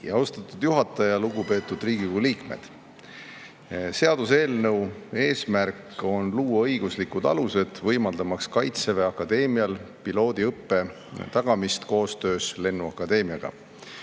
Austatud juhataja! Lugupeetud Riigikogu liikmed! Seaduseelnõu eesmärk on luua õiguslikud alused, võimaldamaks Kaitseväe Akadeemiale piloodiõppe tagamist koostöös lennuakadeemiaga.